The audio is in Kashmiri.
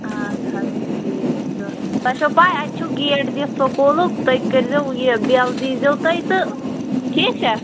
آد حظ ٹھیٖک چھُ تۄہہِ چھو پاے اَتہِ چھُ گیٹ دِتھ سکوٗلُک تُہۍ کٔرۍ زیو یہِ بٮ۪ل دی زیو تُہۍ تہٕ ٹھیٖک چھےٚ